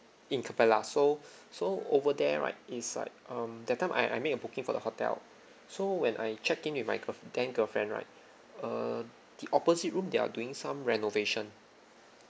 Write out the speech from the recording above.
in capella so so over there right inside um that time I I made a booking for the hotel so when I check in with my girl then girlfriend right err the opposite room they're doing some renovation